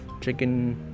chicken